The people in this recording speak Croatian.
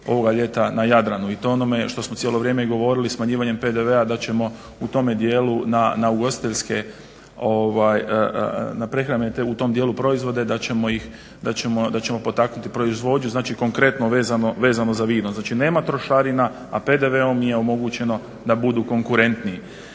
ovoga ljeta na Jadranu i to onome što smo cijelo vrijeme i govorili. Smanjivanjem PDV-a da ćemo u tome dijelu na ugostitelje, na prehrambene u tom dijelu proizvode da ćemo potaknuti proizvodnju znači konkretno vezano za vino, dakle nema trošarina a PDV-om je omogućeno da budu konkurentni.